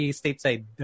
stateside